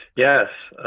yes.